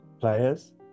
players